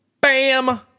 BAM